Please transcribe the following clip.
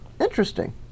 Interesting